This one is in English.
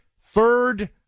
third